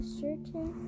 certain